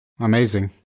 Amazing